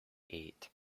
eight